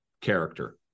character